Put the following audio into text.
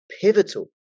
pivotal